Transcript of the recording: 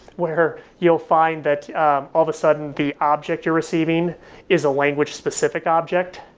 where you'll find that, all of a sudden, the object you're receiving is a language-specific object.